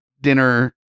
dinner